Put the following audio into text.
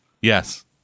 Yes